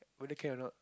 whether can or not